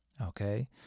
okay